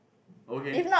okay